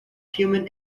human